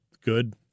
good